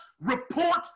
report